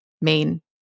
main